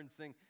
referencing